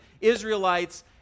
Israelites